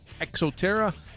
Exoterra